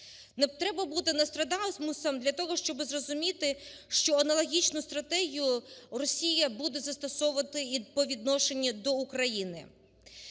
Не треба бути Нострадамусом для того, щоби зрозуміти, що аналогічну стратегію Росія буде застосувати і по відношенню до України.